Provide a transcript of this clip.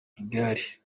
igare